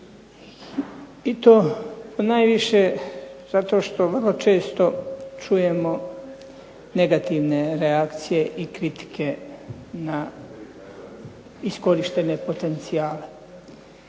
i to najviše zato što vrlo često čujemo negativne reakcije i kritike na iskorištene potencijale.